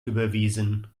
überwiesen